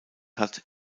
hat